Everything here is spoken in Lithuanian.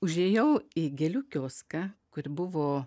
užėjau į gėlių kioską kur buvo